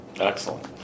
excellent